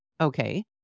Okay